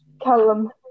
Callum